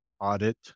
audit